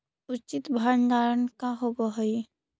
उचित भंडारण का होव हइ?